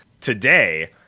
today